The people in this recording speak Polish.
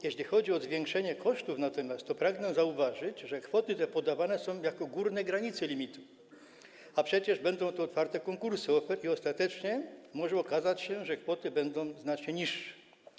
Jeśli chodzi o zwiększenie kosztów, to pragnę zauważyć, że kwoty te podawane są jako górne granice limitu, a przecież będą to otwarte konkursy ofert i ostatecznie może okazać się, że te kwoty będą znacznie niższe.